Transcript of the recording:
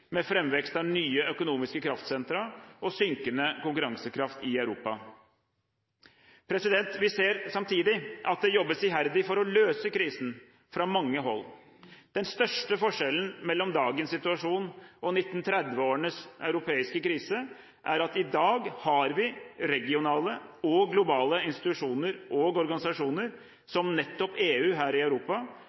med framvekst av nye økonomiske kraftsentre og synkende konkurransekraft i Europa. Vi ser samtidig at det jobbes iherdig for å løse krisen, fra mange hold. Den største forskjellen mellom dagens situasjon og 1930-årenes europeiske krise er at i dag har vi regionale og globale institusjoner og organisasjoner – som nettopp EU her i Europa